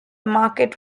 market